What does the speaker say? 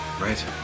right